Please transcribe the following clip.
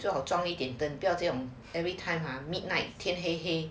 你最好装一点灯不要 everytime ah midnight 天黑黑